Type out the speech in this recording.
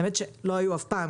למען האמת הם לא היו אף פעם,